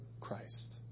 Christ